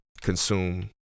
consume